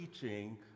teaching